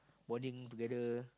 bonding together